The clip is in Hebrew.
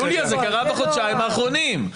יוליה, זה קרה בחודשיים האחרונים.